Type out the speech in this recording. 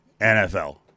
NFL